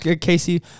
Casey